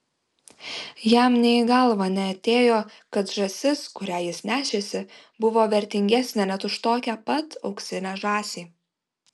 jam nė į galvą neatėjo kad žąsis kurią jis nešėsi buvo vertingesnė net už tokią pat auksinę žąsį